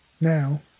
Now